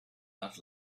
not